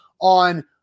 on